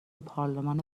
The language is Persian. پارلمان